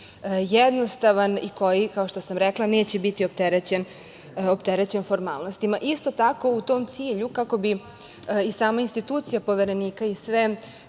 jednostavan i koji, kao što sam rekla, neće biti opterećen formalnostima. Isto tako, u tom cilju, kako bi i sama institucija Poverenika i sve